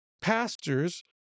pastors